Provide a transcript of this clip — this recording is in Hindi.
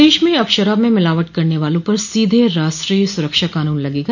प्रदेश में अब शराब में मिलावट करने वालों पर सीधे राष्ट्रीय सुरक्षा कानून लगेगा